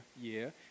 year